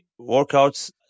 workouts